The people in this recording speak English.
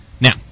Now